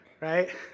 Right